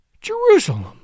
Jerusalem